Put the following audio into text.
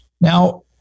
Now